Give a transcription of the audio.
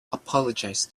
apologized